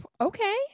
Okay